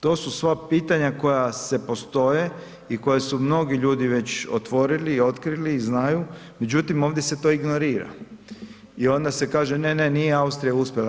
To su sve pitanja koja se postoje i koja su mnogi ljudi već otvorili i otkrili i znaju, međutim, ovdje se to ignorira i onda se kaže, ne, ne, nije Austrija uspjela.